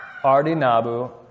Ardinabu